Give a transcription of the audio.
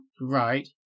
Right